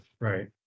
right